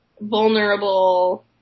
vulnerable